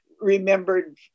remembered